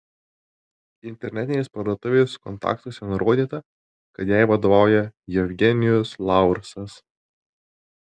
internetinės parduotuvės kontaktuose nurodyta kad jai vadovauja jevgenijus laursas